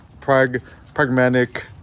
pragmatic